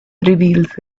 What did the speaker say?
reveals